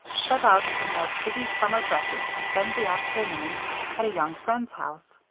set out in their pretty summer dresses to spend the afternoon at a young friend's house.